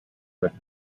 rift